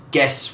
Guess